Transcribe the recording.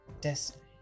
destiny